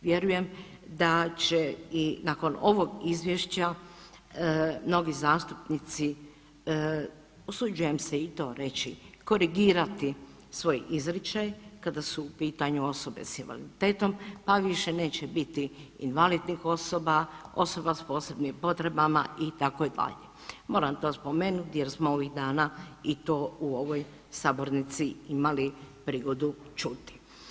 Vjerujem da će i nakon ovog izvješća mnogi zastupnici, usuđujem se i to reći, korigirati svoj izričaj kada su u pitanju osobe s invaliditetom, pa više neće biti invalidnih osoba, osoba s posebnim potrebama itd., moram to spomenuti jer smo ovih dana i to u ovoj sabornici imali prigodu čuti.